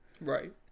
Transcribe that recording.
right